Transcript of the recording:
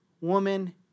woman